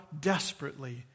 desperately